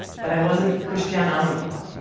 that i wasn't christiane amanpour,